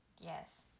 yes